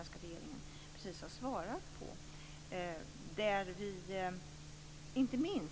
Den svenska regeringen har precis svarat på den.